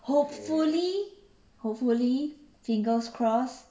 hopefully hopefully fingers crossed